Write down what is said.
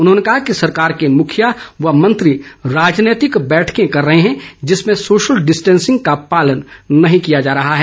उन्होंने कहा कि सरकार के मुँखिया व मंत्री राजनैतिक बैठकें कर रहे हैं जिसमें सोशल डिस्टैंसिंग का पालन नहीं किया जा रहा है